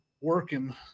working